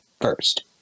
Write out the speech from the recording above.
first